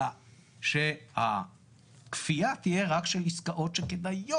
אלא שהכפייה תהיה רק של עסקאות שכדאיות.